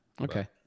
Okay